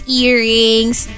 earrings